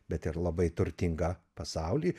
bet ir labai turtingą pasaulį